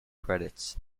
credits